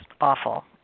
awful